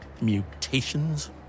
Mutations